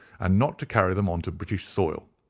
and not to carry them on to british soil.